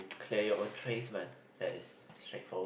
clear your own trays man that is straightforward